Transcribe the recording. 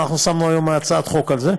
שמנו היום הצעת חוק על זה,